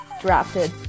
drafted